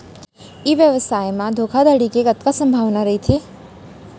ई व्यवसाय म धोका धड़ी के कतका संभावना रहिथे?